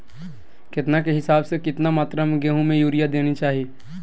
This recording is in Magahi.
केतना के हिसाब से, कितना मात्रा में गेहूं में यूरिया देना चाही?